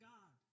God